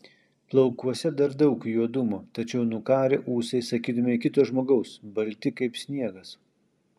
plaukuose dar daug juodumo tačiau nukarę ūsai sakytumei kito žmogaus balti kaip sniegas